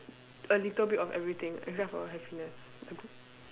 a little bit of everything except for happiness